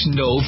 no